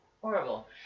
Horrible